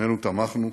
שנינו תמכנו